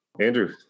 Andrew